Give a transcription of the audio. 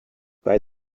bei